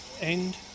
end